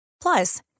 Plus